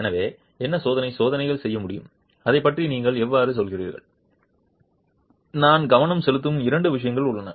எனவே என்ன சோதனை சோதனைகள் செய்ய முடியும் அதைப் பற்றி நீங்கள் எவ்வாறு செல்வீர்கள் நான் கவனம் செலுத்தும் இரண்டு விஷயங்கள் உள்ளன